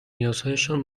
نیازهایشان